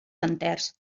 enters